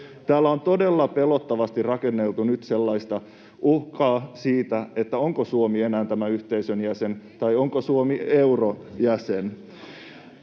Täällä on todella pelottavasti rakenneltu nyt sellaista uhkaa, että onko Suomi enää tämän yhteisön jäsen tai onko Suomi eurojäsen.